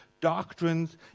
doctrines